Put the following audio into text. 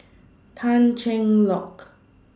Tan Cheng Lock